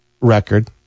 record